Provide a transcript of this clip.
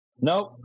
Nope